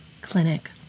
clinic